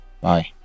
bye